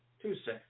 Tuesday